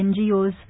NGOs